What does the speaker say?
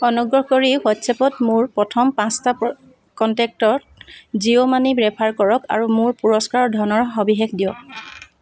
অনুগ্ৰহ কৰি হোৱাট্ছএপত মোৰ প্ৰথম পাঁচটা কণ্টেক্টক জিঅ' মানি ৰেফাৰ কৰক আৰু মোৰ পুৰস্কাৰৰ ধনৰ সবিশেষ দিয়ক